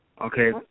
Okay